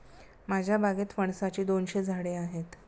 माझ्या बागेत फणसाची दोनशे झाडे आहेत